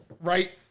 right